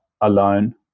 alone